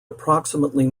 approximately